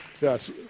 Yes